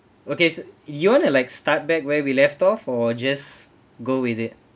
okay so you wanna like start back where we left off or just go with it